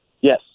Yes